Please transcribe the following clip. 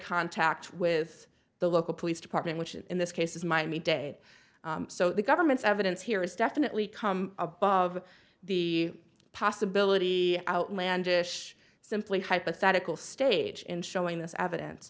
contact with the local police department which in this case is miami dade so the government's evidence here is definitely come above the possibility outlandish simply hypothetical stage in showing this evidence